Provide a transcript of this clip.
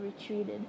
retreated